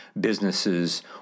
businesses